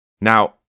Now